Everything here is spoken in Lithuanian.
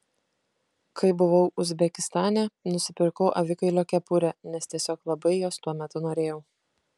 kai buvau uzbekistane nusipirkau avikailio kepurę nes tiesiog labai jos tuo metu norėjau